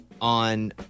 on